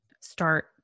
start